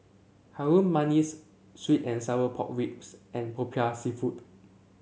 Harum Manis sweet and Sour Pork Ribs and Popiah seafood